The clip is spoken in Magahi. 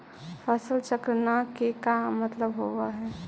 फसल चक्र न के का मतलब होब है?